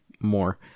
more